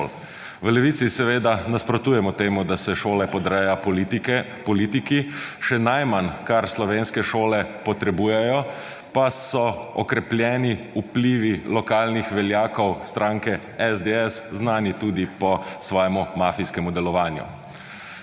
V Levici seveda nasprotujemo temu, da se šole podreja politiki. Še najmanj, kar slovenske šole potrebujejo, pa so okrepljeni vplivi lokalnih veljakov stranke SDS, znani tudi po svojem mafijskem delovanju.